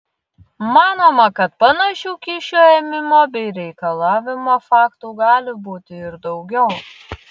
manoma kad panašių kyšių ėmimo bei reikalavimo faktų gali būti ir daugiau